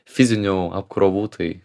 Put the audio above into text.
fizinių apkrovų tai